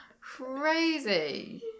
Crazy